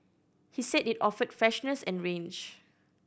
he said it offered freshness and range